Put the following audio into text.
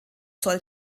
soll